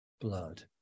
blood